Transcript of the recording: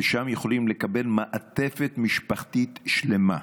ושם יכולים לקבל מעטפת משפחתית שלמה,